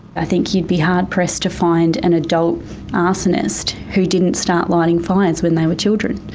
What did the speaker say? i think you'd be hard pressed to find an adult arsonist who didn't start lighting fires when they were children.